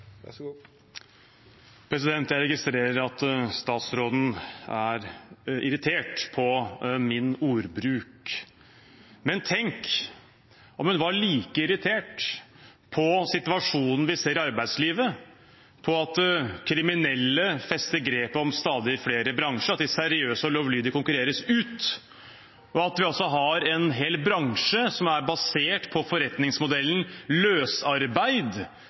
Jeg registrerer at statsråden er irritert på min ordbruk. Men tenk om hun var like irritert på situasjonen vi ser i arbeidslivet, på at kriminelle fester grepet om stadig flere bransjer, at de seriøse og lovlydige konkurreres ut, og at vi altså har en hel bransje som er basert på forretningsmodellen løsarbeid,